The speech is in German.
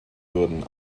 würden